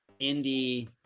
indie